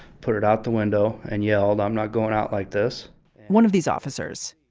put it out the window and yelled, i'm not going out like this one of these officers.